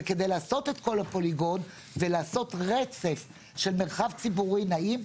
וכדי לעשות את כול הפוליגון ולעשות רצף של מרחב ציבורי נעים,